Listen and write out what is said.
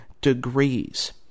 degrees